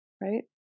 right